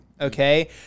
okay